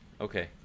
Okay